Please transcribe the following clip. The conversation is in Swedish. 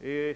i motionen.